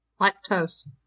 Lactose